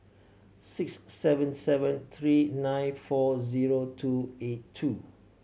six seven seven three nine four zero two eight two